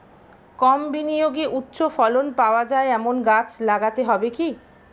কম বিনিয়োগে উচ্চ ফলন পাওয়া যায় এমন গাছ লাগাতে হবে কি?